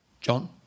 John